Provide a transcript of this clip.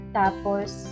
tapos